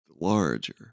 larger